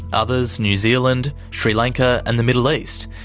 others new zealand, sri lanka, and the middle east.